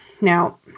now